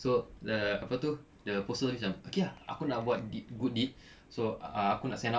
so the apa tu the postal macam okay ah aku nak buat deed good deed so ah aku nak send out